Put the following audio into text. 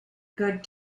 good